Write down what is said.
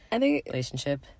relationship